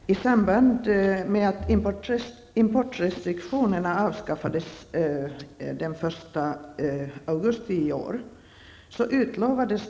Herr talman! I samband med att importrestriktionerna avskaffades den första augusti i år utlovades